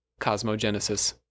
Cosmogenesis